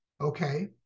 okay